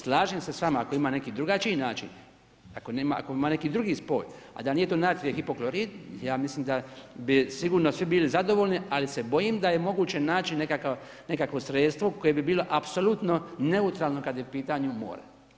Slažem se s vama, ako ima neki drugačiji način, ako ima neki drugi spoj, a da nije to natrijev hipoklorit, ja mislim da bi sigurno svi bili zadovoljni ali se bojim da je moguće naći nekakvo sredstvo koje bi bilo apsolutno neutralno kad je u pitanju more.